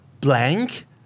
blank